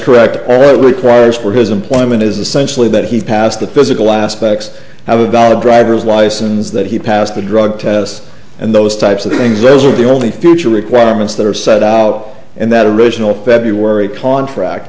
correct all requires for his employment is essentially that he passed the physical aspects i would got a driver's license that he passed a drug test and those types of things those are the only future requirements that are set out and that original february contract